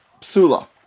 psula